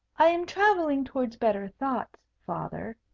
i am travelling towards better thoughts, father,